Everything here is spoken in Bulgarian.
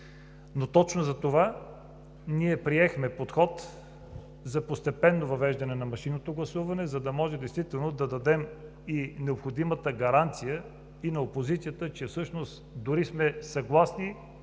Точно затова ние приехме подход за постепенно въвеждане на машинното гласуване, за да може действително да дадем необходимата гаранция и на опозицията, че дори сме съгласни